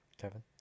Kevin